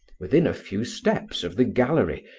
within a few steps of the gallery,